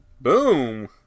Boom